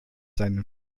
den